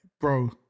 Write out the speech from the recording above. bro